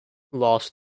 last